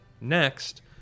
Next